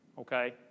Okay